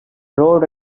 road